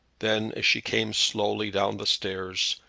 then, as she came slowly down the stairs,